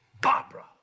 Barbara